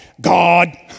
God